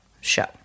show